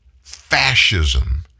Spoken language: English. fascism